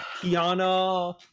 Kiana